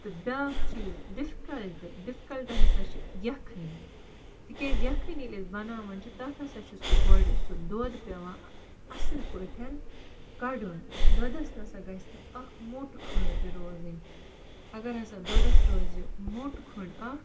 تہٕ بیٛاکھ چیٖز ڈِفکَلٹہٕ ڈِفکَلٹہٕ ہَسا چھِ یَکھٕنۍ تِکیٛازِ یَکھٕنۍ ییٚلہِ أسۍ بَناوان چھِ تَتھ ہَسا چھُ سُہ گۄڈٕ سُہ دۄدھ پیٚوان اصٕل پٲٹھۍ کَڑُن دۄدھَس نَہ سا گَژھہِ نہٕ اَکھ موٚٹ کھنٛٛڈ تہِ روزٕنۍ اگر ہَسا دۄدھَس روزِ موٚٹ کھنٛٛڈ اَکھ